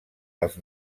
els